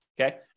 Okay